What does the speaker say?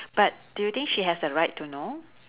but do you think she has the right to know